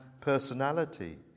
personality